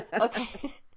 okay